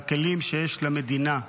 והכלים שיש למדינה,